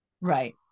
Right